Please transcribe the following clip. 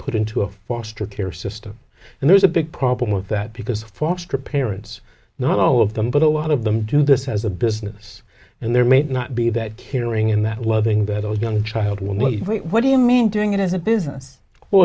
put into a foster care system and there's a big problem with that because foster parents not all of them but a lot of them do this as a business and there may not be that caring in that loving better with young child well what do you mean doing it as a business well